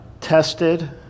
tested